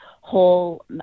whole